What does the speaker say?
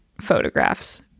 photographs